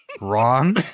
wrong